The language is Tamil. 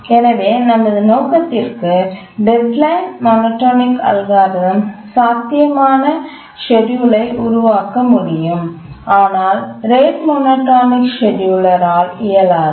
எனவே நமது நோக்கத்திற்கு டெட்லைன் மோனோடோனிக் அல்காரிதம் சாத்தியமான ஷெட்யூல் ஐ உருவாக்க முடியும் ஆனால் ரேட் மோனோடோனிக் ஸ்கேட்யூலரால் இயலாது